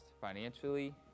financially